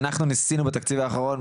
אנחנו ניסינו בתקציב האחרון,